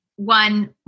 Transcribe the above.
one